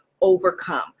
overcome